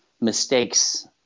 mistakes